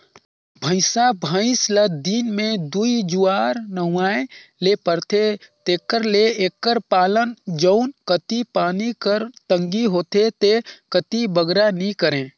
भंइसा भंइस ल दिन में दूई जुवार नहुवाए ले परथे तेकर ले एकर पालन जउन कती पानी कर तंगी होथे ते कती बगरा नी करें